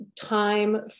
time